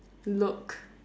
look